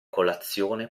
colazione